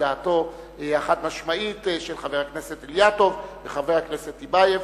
את דעתם החד-משמעית של חבר הכנסת אילטוב וחבר הכנסת טיבייב.